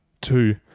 two